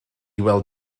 weld